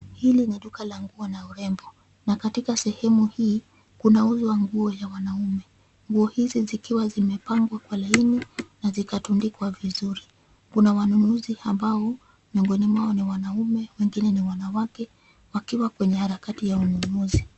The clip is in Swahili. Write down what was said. Hili ni duka la nguo na urembo na katika sehemu hii kunauzwa nguo ya wanaume nguo hizi zikiwa zimepangwa kwa laini nazikatandikwa vizuri. Kuna wanunuzi ambao miongoni mwao ni wanaume wengine ni wanwake wakiwa kwenye harakati ya ununuzi.